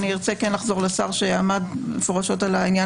אני כן ארצה לחזור לשר שעמד מפורשות על העניין